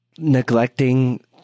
neglecting